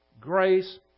grace